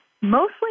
mostly